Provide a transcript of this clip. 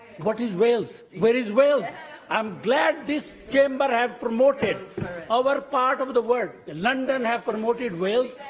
what is wales? where is wales i'm glad this chamber has promoted our part of the world. london has promoted wales,